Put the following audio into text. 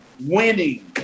winning